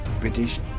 British